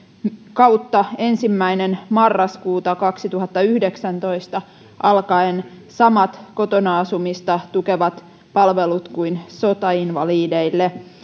kautta ensimmäinen marraskuuta kaksituhattayhdeksäntoista alkaen samat kotona asumista tukevat palvelut kuin sotainvalideille